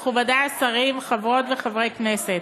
תודה רבה, מכובדי השרים, חברות וחברי הכנסת,